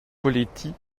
poletti